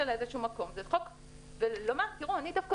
אני דווקא